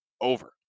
over